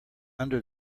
under